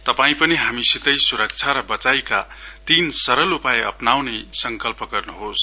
तपाई पनि हामीसितै सुरक्षा र वचाइका तीन सरल उपाय अप्नाउने संकल्प गर्नुहोस